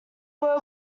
were